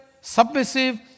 submissive